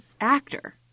actor